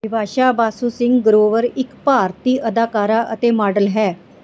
ਬਿਪਾਸ਼ਾ ਬਾਸੂ ਸਿੰਘ ਗਰੋਵਰ ਇੱਕ ਭਾਰਤੀ ਅਦਾਕਾਰਾ ਅਤੇ ਮਾਡਲ ਹੈ